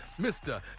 Mr